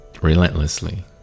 relentlessly